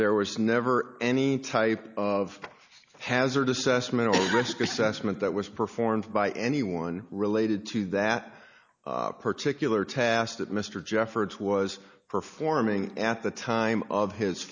there was never any type of hazard assessment of risk assessment that was performed by anyone related to that particular task that mr jeffords was performing at the time of his